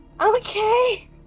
okay